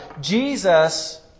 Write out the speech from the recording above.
Jesus